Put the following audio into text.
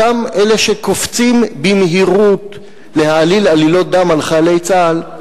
אותם אלה שקופצים במהירות להעליל עלילות דם על חיילי צה"ל,